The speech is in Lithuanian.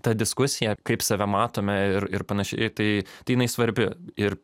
ta diskusija kaip save matome ir ir ir panašiai tai tai jinai svarbi ir